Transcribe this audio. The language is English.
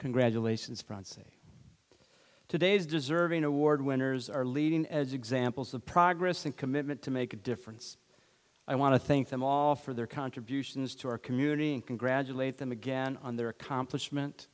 congratulations francis today's deserving award winners are leading as examples of progress and commitment to make a difference i want to thank them all for their contributions to our community and congratulate them again on their accomplishment